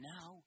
Now